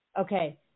Okay